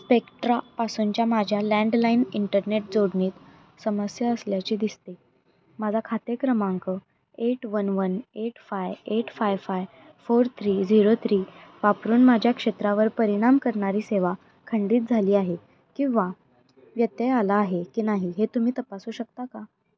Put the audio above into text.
स्पेक्ट्रापासूनच्या माझ्या landline internet जोडणीत समस्या असल्याची दिसते माझा खाते क्रमांक eight one one eight five eight five five four three zero three वापरून माझ्या क्षेत्रावर परिणाम करणारी सेवा खंडित झाली आहे किंवा व्यतय आला आहे की नाही हे तुम्ही तपासू शकता का